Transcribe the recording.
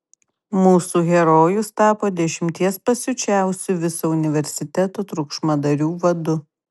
mūsų herojus tapo dešimties pasiučiausių viso universiteto triukšmadarių vadu